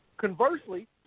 Conversely